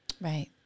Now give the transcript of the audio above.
right